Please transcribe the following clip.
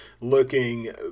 looking